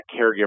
caregiver